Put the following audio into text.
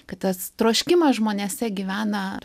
kad tas troškimas žmonėse gyvena